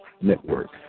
Network